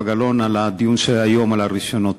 גלאון על הדיון שהיה היום על הרישיונות.